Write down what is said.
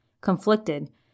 conflicted